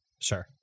Sure